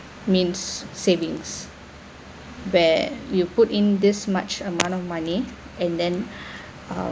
means savings where you put in this much amount of money and then um